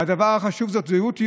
והדבר החשוב זאת זהות יהודית,